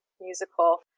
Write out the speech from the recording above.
musical